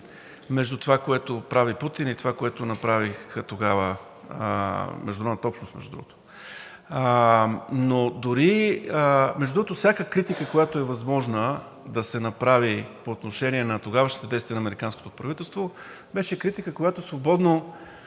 между това, което прави Путин, и това, което направиха тогава международната общност, между другото. Между другото, всяка критика, която е възможна да се направи по отношение на тогавашните действия на американското правителство, беше критика, която свободно